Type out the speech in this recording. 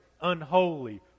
unholy